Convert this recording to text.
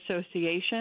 Association